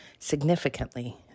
significantly